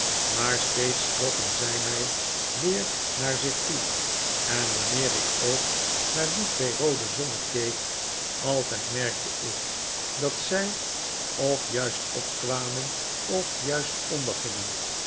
maar steeds trokken zij mij weer naar zicii toe en wanneer ik ook naar die twee roode zonnen keek altijd merkte ik dat zij of juist opkwamen of